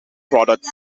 products